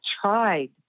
tried